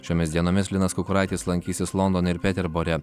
šiomis dienomis linas kukuraitis lankysis londone ir peterbore